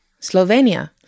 Slovenia